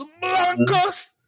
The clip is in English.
Blancos